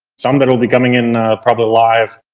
some that will be coming in probably live.